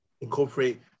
Incorporate